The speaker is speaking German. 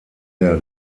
der